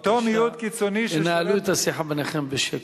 בבקשה תנהלו את השיחה ביניכם בשקט.